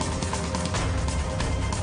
נוהגים נגד כיוון התנועה.